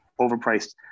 overpriced